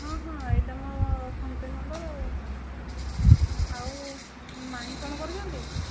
ହଁ ହଁ ଏହିଟା ମୋ ଫୋନ ପେ ନମ୍ବର ଆଉ ମାଇଁ କ'ଣ କରୁଛନ୍ତି